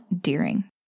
Deering